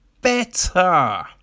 better